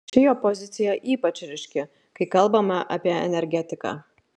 ši jo pozicija ypač ryški kai kalbama apie energetiką